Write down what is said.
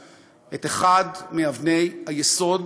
את אחת מאבני היסוד